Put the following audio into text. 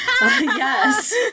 Yes